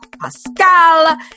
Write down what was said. Pascal